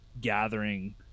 gathering